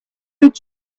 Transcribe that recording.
did